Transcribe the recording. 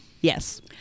Yes